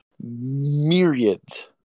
myriads